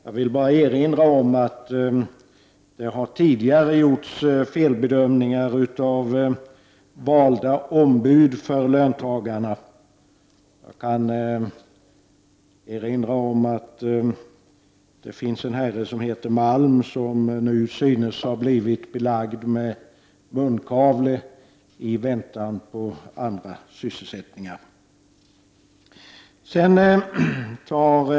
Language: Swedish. Jag vill bara erinra om att valda ombud för inkomsttagarna tidigare har gjort felbedömningar. Det finns t.ex. en herre som heter Malm, som nu synes ha blivit belagd med munkavle i väntan på andra sysselsättningar.